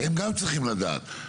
הם גם צריכים לדעת.